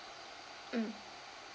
mm